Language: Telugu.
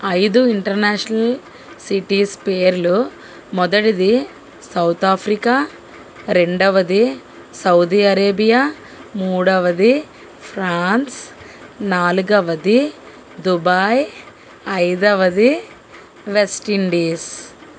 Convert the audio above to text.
ఐదు ఇంటర్నేషనల్ సిటీస్ పేర్లు మొదటిది సౌత్ ఆఫ్రికా రెండవది సౌదీ అరేబియా మూడవది ఫ్రాన్స్ నాలుగవది దుబాయ్ ఐదవది వెస్ట్ ఇండీస్